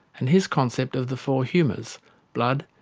and his concept of the four humours blood,